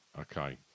Okay